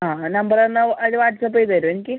ആ നമ്പർ തന്നാൽ അതിൽ വാട്ട്സ്ആപ്പ് ചെയ്ത് തരുമോ എനിക്ക്